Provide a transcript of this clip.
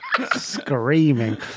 screaming